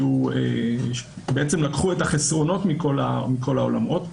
שבעצם לקחו את החסרונות מכל העולמות.